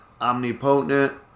omnipotent